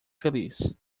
feliz